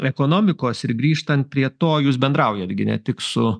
ekonomikos ir grįžtant prie to jūs bendraujat ne tik su